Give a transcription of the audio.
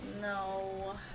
no